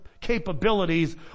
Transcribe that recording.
capabilities